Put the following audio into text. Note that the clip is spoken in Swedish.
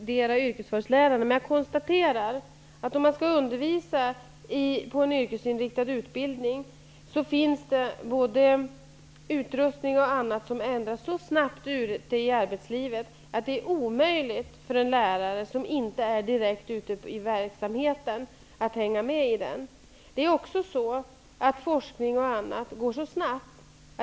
Herr talman! Det vore väl främmande att exkludera yrkesvalslärarna, men jag konstaterar att både utrustning och annat ändras så snabbt ute i arbetslivet att det är omöjligt för en lärare som inte direkt är ute i verksamheten att hänga med. Forskning och annat går också snabbt.